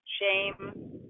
shame